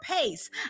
pace